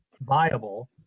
viable